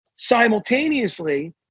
simultaneously